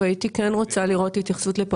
והייתי כן רוצה לראות התייחסות כאן.